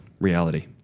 reality